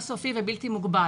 בלתי מוגבל.